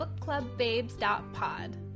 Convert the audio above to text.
bookclubbabes.pod